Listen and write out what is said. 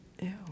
Ew